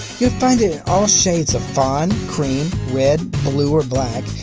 you'll find it in all shades of fawn, cream, red, blue, or black,